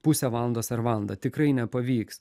pusę valandos ar valandą tikrai nepavyks